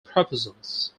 proposals